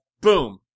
boom